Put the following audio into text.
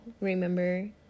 remember